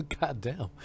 Goddamn